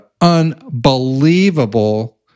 unbelievable